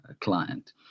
client